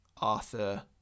Arthur